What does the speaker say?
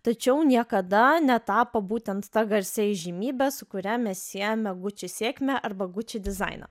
tačiau niekada netapo būtent ta garsia įžymybe su kuria mes siejame gucci sėkmę arba gucci dizainą